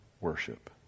worship